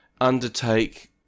undertake